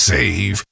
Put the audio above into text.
Save